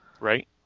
Right